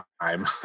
time